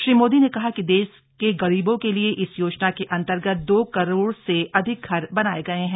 श्री मोदी ने कहा कि देश के गरीबों के लिए इस योजना के अंतर्गत दो करोड़ से अधिक घर बनाए गए हैं